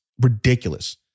Ridiculous